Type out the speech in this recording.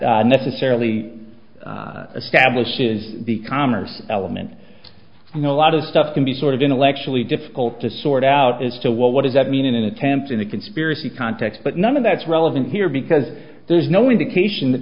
that necessarily stablish is the commerce element you know a lot of stuff can be sort of intellectually difficult to sort out as to what does that mean in an attempt in a conspiracy context but none of that's relevant here because there's no indication that